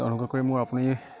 অনুগ্ৰহ কৰি মোৰ আপুনি